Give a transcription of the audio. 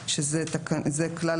החינוך,